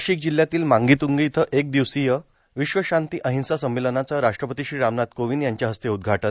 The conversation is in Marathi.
नाशिक जिल्हयातील मांगीतुंगी इथं एक दिवसीय विश्वशांती अहिंसा संमेलनाचं राष्ट्रपती श्री रामनाथ कोविंद यांच्या हस्ते उद्घाटन